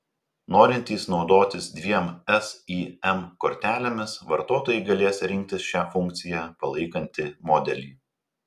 norintys naudotis dviem sim kortelėmis vartotojai galės rinktis šią funkciją palaikantį modelį